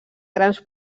grans